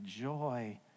joy